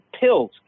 pills